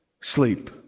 sleep